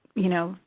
you know,